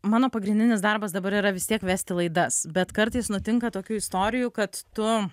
mano pagrindinis darbas dabar yra vis tiek vesti laidas bet kartais nutinka tokių istorijų kad tu